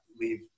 leave